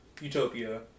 utopia